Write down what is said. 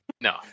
No